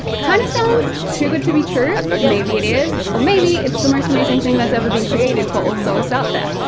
kind of sounds too good to be true, maybe it is or maybe it's the most amazing thing that's ever been created for all so sewers out there.